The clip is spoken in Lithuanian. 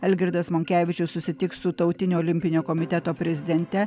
algirdas monkevičius susitiks su tautinio olimpinio komiteto prezidente